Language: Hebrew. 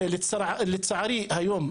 ולצערי היום,